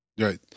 Right